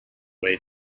way